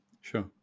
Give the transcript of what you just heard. sure